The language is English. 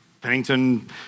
Pennington